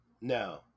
no